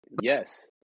yes